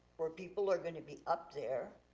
where people are gonna be up there,